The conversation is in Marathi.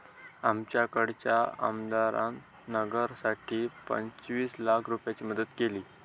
आमच्याकडच्या आमदारान नगरासाठी पंचवीस लाख रूपयाची मदत केली